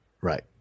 right